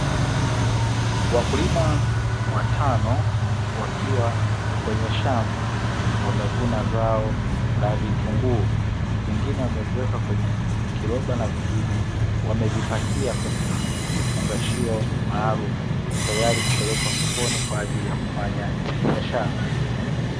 Wakulima watano wakiwa kwenye shamba wamevuna zao la vitunguu, vingine wameviweka kwenye kiroba na vingine wamevipakia kwenye vifungashio maalumu, tayari kupelekwa sokoni kwa ajili ya kufanya biashara.